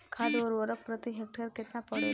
खाध व उर्वरक प्रति हेक्टेयर केतना पड़ेला?